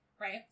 Right